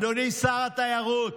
אדוני שר התיירות,